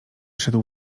szedł